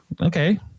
Okay